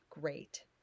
great